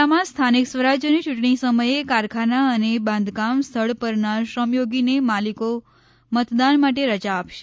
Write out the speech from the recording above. જિલ્લામાં સ્થાનિક સ્વરાજ્યની ચૂંટણી સમયે કારખાના અને બાંધકામ સ્થળ પરના શ્રમયોગીને માલિકો મતદાન માટે રજા આપશે